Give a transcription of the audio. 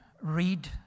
read